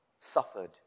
suffered